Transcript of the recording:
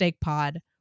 Pod